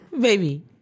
Baby